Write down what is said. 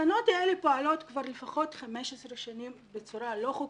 התחנות האלה פועלות כבר לפחות 15 שנים בצורה לא חוקית.